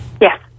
Yes